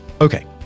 Okay